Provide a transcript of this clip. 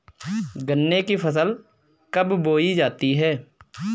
गन्ने की फसल कब बोई जाती है?